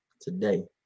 today